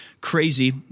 crazy